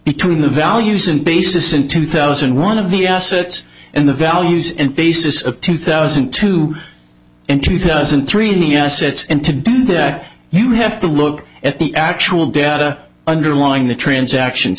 between the values and basis in two thousand one of the assets and the values and basis of two thousand and two and two thousand and three the assets and to do that you have to look at the actual data underlying the transactions